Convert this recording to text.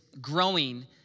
growing